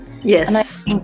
Yes